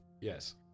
Yes